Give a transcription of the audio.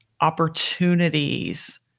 Opportunities